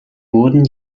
wurden